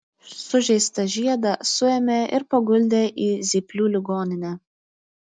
sužeistą žiedą suėmė ir paguldė į zyplių ligoninę